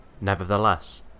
Nevertheless